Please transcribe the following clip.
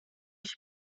fish